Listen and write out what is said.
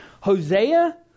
Hosea